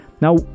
Now